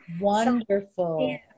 Wonderful